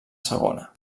segona